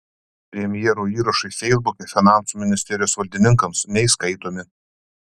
premjero įrašai feisbuke finansų ministerijos valdininkams neįskaitomi